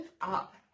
up